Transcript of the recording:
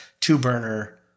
two-burner